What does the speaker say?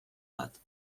bat